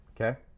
okay